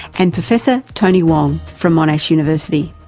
and professor tony wong from monash university.